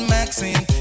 Maxine